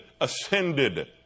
ascended